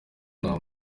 nta